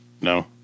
No